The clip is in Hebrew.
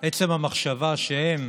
עצם המחשבה שהם